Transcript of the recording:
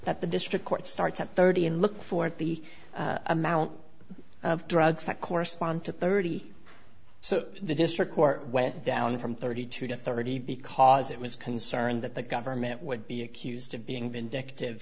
that the district court starts at thirty and look for the amount of drugs that correspond to thirty so the district court went down from thirty two to thirty because it was concerned that the government would be accused of being vindictive